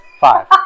five